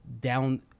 down